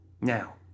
Now